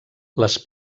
les